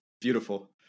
Beautiful